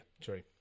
true